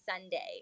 Sunday